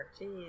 Jeez